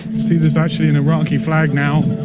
see there's actually an iraqi flag now,